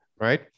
Right